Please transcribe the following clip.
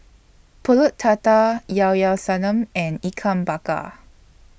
Pulut Tatal Llao Llao Sanum and Ikan Bakar